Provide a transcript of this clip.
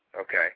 okay